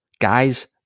Guys